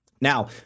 Now –